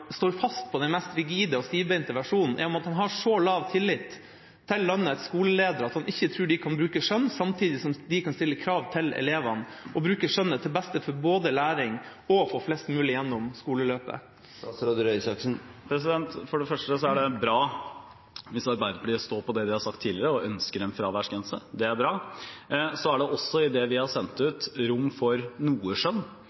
og med at han har så lav tillit til landets skoleledere at han ikke tror de kan bruke skjønn, samtidig som de kan stille krav til elevene og bruke skjønnet til beste både for læring og for å få flest mulig gjennom skoleløpet. For det første er det bra hvis Arbeiderpartiet står på det de har sagt tidligere, og ønsker en fraværsgrense – det er bra. For det andre er det også i det vi har sendt